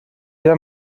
der